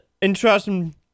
interesting